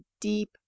deep